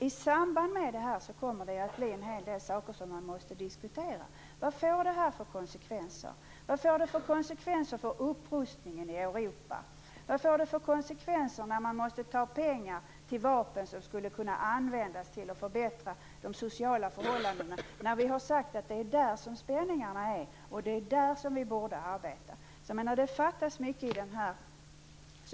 I samband med detta kommer en hel del saker att behöva diskuteras. Vad får det här för konsekvenser? Vad får det för konsekvenser för upprustningen i Europa? Vad får det för konsekvenser när man måste ta pengar till vapen i stället för att använda dem till att förbättra de sociala förhållandena? Vi har ju sagt att det är där som spänningarna finns och att det är där som vi borde arbeta. Jag menar att det fattas mycket här.